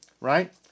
right